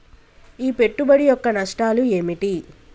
ఈ పెట్టుబడి యొక్క నష్టాలు ఏమిటి?